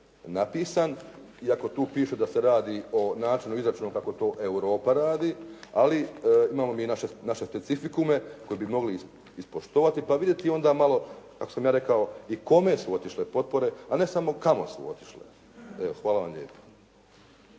napisan iako tu piše da se radi o načinu i izračunu kako to Europa radi, ali imamo mi naše specifikume koje bi mogli ispoštovati pa vidjeti onda malo kako sam rekao i kome su otišle potpore a ne samo kamo su otišle. Hvala vam lijepa.